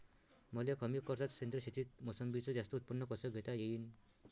मले कमी खर्चात सेंद्रीय शेतीत मोसंबीचं जास्त उत्पन्न कस घेता येईन?